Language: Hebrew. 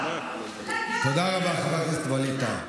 לגב שלי תדבר.